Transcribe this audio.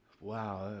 Wow